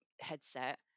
headset